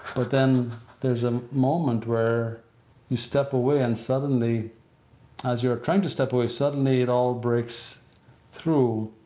but then there's a moment where you step away and suddenly as you are trying to step away, suddenly it all breaks through.